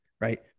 right